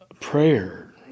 prayer